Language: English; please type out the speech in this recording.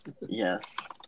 Yes